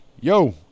yo